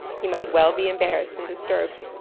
he might well be embarrassed and disturbed.